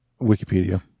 Wikipedia